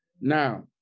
Now